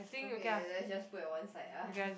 okay then just put at one side ah